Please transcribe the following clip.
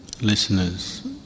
listeners